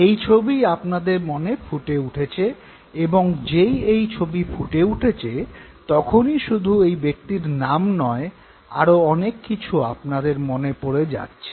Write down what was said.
এই ছবিই আপনাদের মনে ফুটে উঠেছে এবং যেই এই ছবি ফুটে উঠেছে তখনই শুধু এই ব্যক্তির নাম নয় আরো অনেক কিছু আপনাদের মনে পড়ে যাচ্ছে